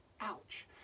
ouch